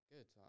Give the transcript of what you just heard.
Good